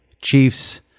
Chiefs